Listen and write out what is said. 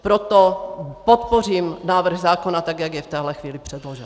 Proto podpořím návrh zákona, tak jak je v téhle chvíli předložen.